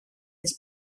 his